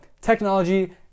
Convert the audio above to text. technology